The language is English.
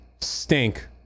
stink